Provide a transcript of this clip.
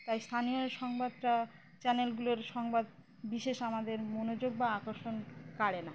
তাই স্থানীয় সংবাদটা চ্যানেলগুলোর সংবাদ বিশেষ আমাদের মনোযোগ বা আকর্ষণ কাড়ে না